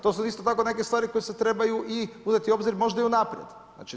To su isto tako neke stvari koje se trebaju i uzeti u obzir možda i unaprijed.